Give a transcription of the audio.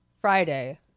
Friday